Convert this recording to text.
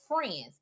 friends